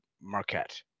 Marquette